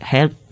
Help